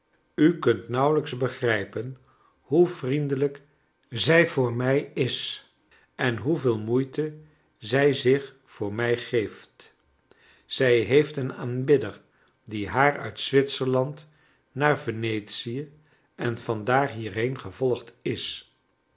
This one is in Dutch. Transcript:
u kunt nauwelijks begrijpen hoe vriendelrjk zij voor mij is en hoeveel moeite zij zich voor mij geeft zij heeft een aanbidder die haar uit zwitserland naar venetie en vandaar hierheen gevolgd is